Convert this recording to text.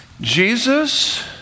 Jesus